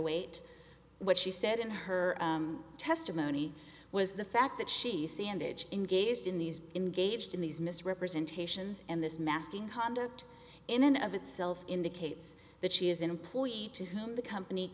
eight what she said in her testimony was the fact that she sanded in gazed in these engaged in these misrepresentations and this masking conduct in and of itself indicates that she is an employee to whom the company